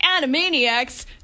Animaniacs